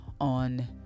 on